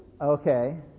okay